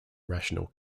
rational